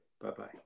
Bye-bye